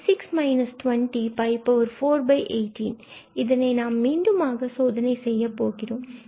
418 நாம் இதனை மீண்டுமாக சோதனை செய்யப் போகிறோம்